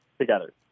together